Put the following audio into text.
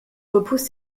repousse